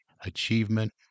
achievement